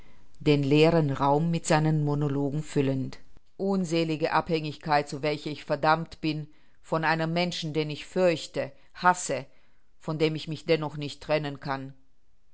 den leeren raum mit seinen monologen füllend unselige abhängigkeit zu welcher ich verdammt bin von einem menschen den ich fürchte hasse von dem ich mich dennoch nicht trennen kann